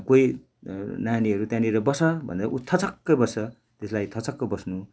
कोही नानीहरू त्यहाँनिर बस भन्दा उ थचक्कै बस्छ त्यसलाई थचक्क बस्नु